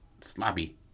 sloppy